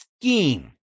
scheme